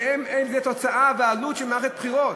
שהם תוצאה, עלות של מערכת בחירות.